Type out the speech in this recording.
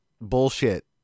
bullshit